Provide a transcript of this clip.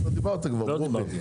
אתה דיברת כבר, ברוכי.